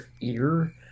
ear